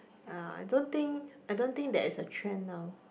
uh I don't think I don't think there is a trend now